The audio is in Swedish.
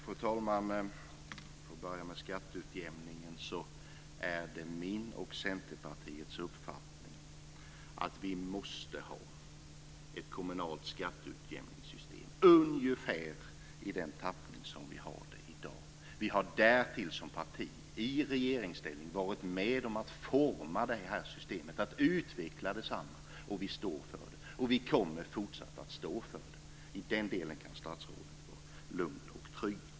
Fru talman! Jag ska börja med skatteutjämningen. Det är min och Centerpartiets uppfattning att vi måste ha ett kommunalt skatteutjämningssystem, ungefär i den tappning som vi har det i dag. Vi har därtill som parti i regeringsställning varit med om att forma det systemet, att utveckla detsamma. Vi står för det och kommer fortsatt att stå för det. I den delen kan statsrådet vara lugn och trygg.